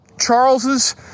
Charles's